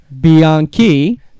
Bianchi